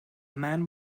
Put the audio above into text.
man